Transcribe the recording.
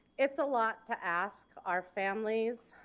it's a lot to ask our families.